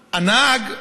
הנהג,